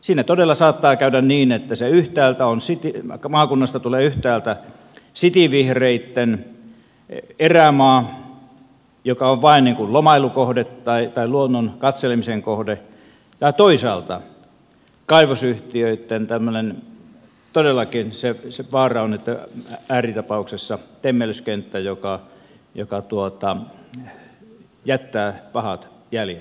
siinä todella saattaa käydä niin että se yhtäältä on silti aika maakunnasta tulee yhtäältä cityvihreitten erämaa joka on vain lomailukohde tai luonnon katselemisen kohde tai toisaalta kaivosyhtiöitten tämmöinen todellakin se vaara on ääritapauksessa temmellyskenttä joka jättää pahat jäljet